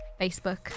Facebook